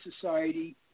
society